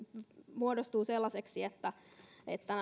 muodostuu sellaiseksi että että